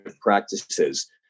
practices